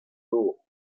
nor